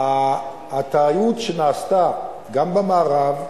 הטעות שנעשתה גם במערב,